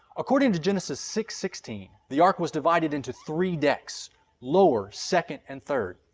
according to genesis six sixteen, the ark was divided into three decks lower, second, and third.